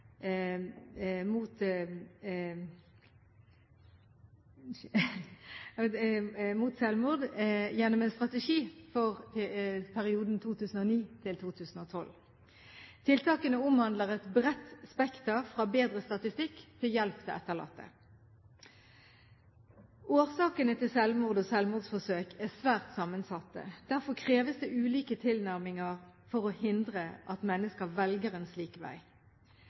mot selvmord gjennom en strategi for perioden 2009–2012. Tiltakene omhandler et bredt spekter – fra bedre statistikk til hjelp til etterlatte. Årsakene til selvmord og selvmordsforsøk er svært sammensatte. Derfor kreves det ulike tilnærminger for å hindre at mennesker velger en slik